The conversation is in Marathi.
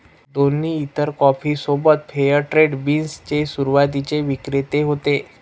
दोन्ही इतर कॉफी सोबत फेअर ट्रेड बीन्स चे सुरुवातीचे विक्रेते होते